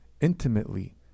intimately